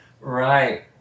Right